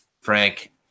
Frank